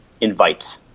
Invite